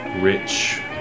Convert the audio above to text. rich